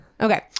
Okay